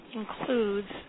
includes